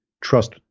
trust